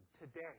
today